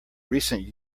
recent